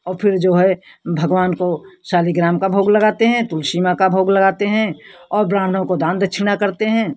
और फिर जो है भगवान को शालिग्राम का भोग लगाते हैं तुलसी माँ का भोग लगाते हैं और ब्राह्मणों को दान दक्षिणा करते हैं